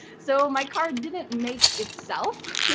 so my car didn't make itself.